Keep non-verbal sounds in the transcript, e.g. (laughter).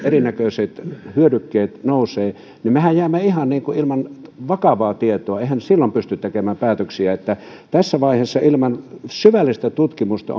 erinäköisten hyödykkeiden hinnat nousevat niin mehän jäämme ihan ilman vakavaa tietoa eihän silloin pysty tekemään päätöksiä tässä vaiheessa ilman syvällistä tutkimusta (unintelligible)